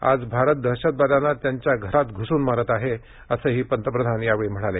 आज भारत दहशतवाद्यांना त्यांच्या घरात घुसून मारत आहे असंही पंतप्रधान यावेळी म्हणाले